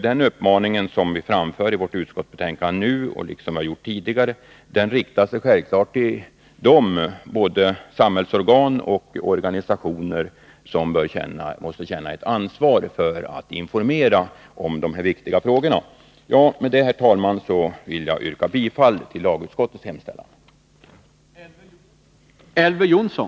Den uppmaning som vi framför i vårt utskottsbetänkande nu, vilket vi också har gjort tidigare, riktar sig självklart till både de samhällsorgan och de organisationer som måste känna ett ansvar för att informera om dessa viktiga frågor. Med detta, herr talman, vill jag yrka bifall till lagutskottets hemställan.